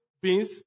beans